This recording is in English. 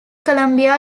columbia